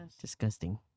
Disgusting